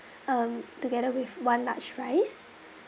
um together with one large fries